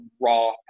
raw